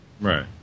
Right